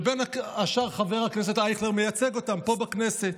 שבין השאר חבר הכנסת אייכלר מייצג אותם פה בכנסת.